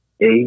eight